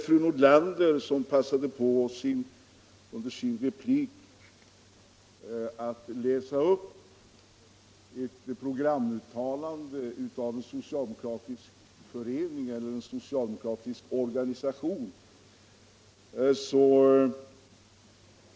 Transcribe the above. Fru Nordlander passade på att under sin replik läsa upp ett programuttalande av en socialdemokratisk organisation.